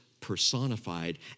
personified